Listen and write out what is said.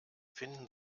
finden